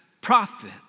prophet